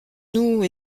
nous